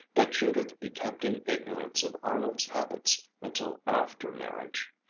that judith be kept in ignorance of arnold's habits until after marriage,